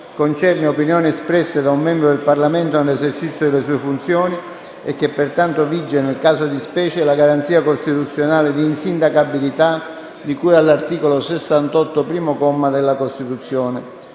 concerne opinioni espresse da un membro del Parlamento nell'esercizio delle sue funzioni e che, pertanto, vige nel caso di specie la garanzia costituzionale di insindacabilità di cui all'articolo 68, primo comma, della Costituzione.